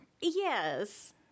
Yes